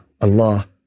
Allah